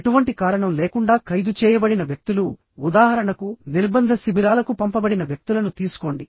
ఎటువంటి కారణం లేకుండా ఖైదు చేయబడిన వ్యక్తులు ఉదాహరణకు నిర్బంధ శిబిరాలకు పంపబడిన వ్యక్తులను తీసుకోండి